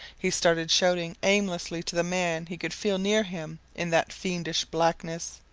he started shouting aimlessly to the man he could feel near him in that fiendish blackness,